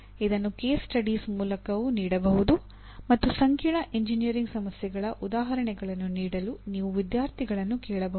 ಇದನ್ನು case studies ಮೂಲಕವೂ ನೀಡಬಹುದು ಮತ್ತು ಸಂಕೀರ್ಣ ಎಂಜಿನಿಯರಿಂಗ್ ಸಮಸ್ಯೆಗಳ ಉದಾಹರಣೆಗಳನ್ನು ನೀಡಲು ನೀವು ವಿದ್ಯಾರ್ಥಿಗಳನ್ನು ಕೇಳಬಹುದು